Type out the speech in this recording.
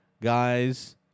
guys